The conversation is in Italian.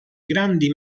grandi